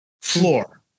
floor